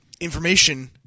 information